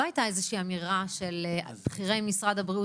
מאוד מאוד חשוב לי להגיד כמי שזה התפקיד שלה במשרד הבריאות,